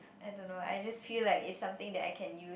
I don't know I just feel like it's something that I can use